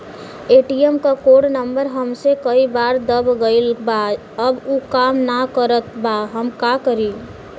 ATM क code number हमसे कई बार दब गईल बा अब उ काम ना करत बा हम का करी?